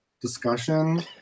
discussion